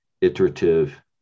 iterative